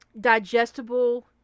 digestible